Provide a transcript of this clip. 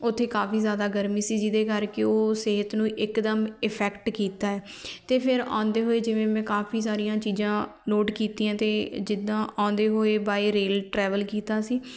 ਉੱਥੇ ਕਾਫੀ ਜ਼ਿਆਦਾ ਗਰਮੀ ਸੀ ਜਿਹਦੇ ਕਰਕੇ ਉਹ ਸਿਹਤ ਨੂੰ ਇੱਕਦਮ ਇਫੈਕਟ ਕੀਤਾ ਅਤੇ ਫਿਰ ਆਉਂਦੇ ਹੋਏ ਜਿਵੇਂ ਮੈਂ ਕਾਫੀ ਸਾਰੀਆਂ ਚੀਜ਼ਾਂ ਨੋਟ ਕੀਤੀਆਂ ਅਤੇ ਜਿੱਦਾਂ ਆਉਂਦੇ ਹੋਏ ਬਾਏ ਰੇਲ ਟਰੈਵਲ ਕੀਤਾ ਸੀ